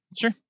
sure